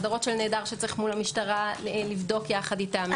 הגדרות של נעדר שיש מול המשטרה לבדוק יחד איתם.